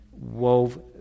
wove